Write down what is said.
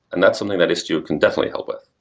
and that's something that istio can definitely help with,